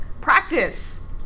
Practice